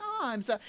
times